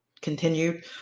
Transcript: continued